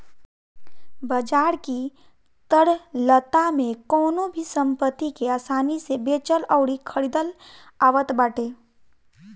बाजार की तरलता में कवनो भी संपत्ति के आसानी से बेचल अउरी खरीदल आवत बाटे